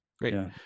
great